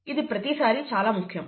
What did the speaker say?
ఇది ప్రతిసారీ చాలా ముఖ్యం